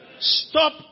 Stop